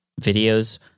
videos